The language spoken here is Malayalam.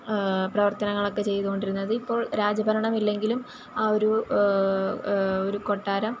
പ്രവർത്തനങ്ങളൊക്കെ ചെയ്തു കൊണ്ടിരുന്നത് ഇപ്പോൾ രാജ ഭരണമില്ലെങ്കിലും ആ ഒരു ഒരു കൊട്ടാരം